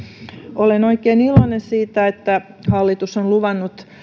olen oikein iloinen siitä että hallitus on luvannut